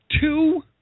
two